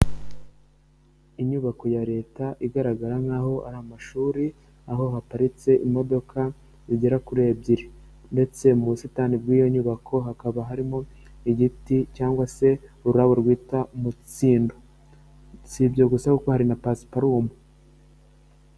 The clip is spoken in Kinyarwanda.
Inyubako ya leta igaragara nk'aho ari amashuri aho haparitse imodoka zigera kuri ebyiri, ndetse mu busitani bw'iyo nyubako hakaba harimo igiti cyangwa se ururabo rwita umutsindo, si ibyo gusa kuko hari na pasiparuma.